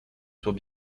soient